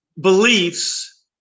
beliefs